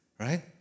Right